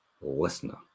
listener